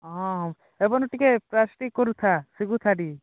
ହଁ ଏବନୁ ଟିକେ ପ୍ରାକ୍ଟିସ୍ କରୁଥା ଶିଖୁଥା ଟିକେ